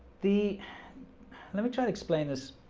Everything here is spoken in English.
the let me try to explain this